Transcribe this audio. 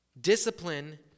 discipline